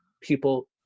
people